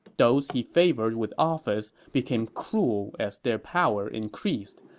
those he favored with office became cruel as their power increased,